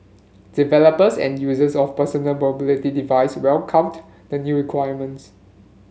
developers and users of personal mobility device welcomed the new requirements